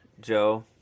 Joe